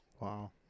Wow